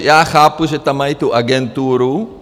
Já chápu, že tam mají tu agenturu...